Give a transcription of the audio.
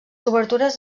obertures